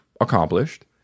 accomplished